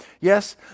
Yes